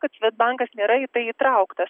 kad svedbankas nėra į tai įtrauktas